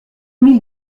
mille